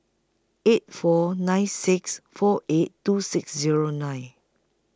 eight four nine six four eight two six Zero nine